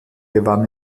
gewann